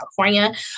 California